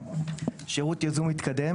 "שירות ייזום מתקדם